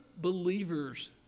believers